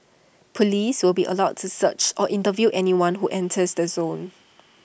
Police will be allowed to search or interview anyone who enters the zone